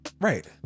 Right